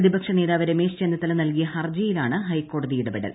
പ്രതിപക്ഷ നേതാവ് രമേശ്ശ് ചെന്നിത്തല നൽകിയ ഹർജിയിലാണ് ഹൈക്കോടതി ഇടപെട്ടൽ